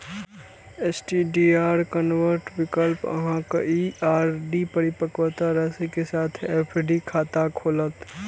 STDR convert विकल्प अहांक ई आर.डी परिपक्वता राशि के साथ एफ.डी खाता खोलत